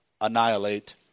annihilate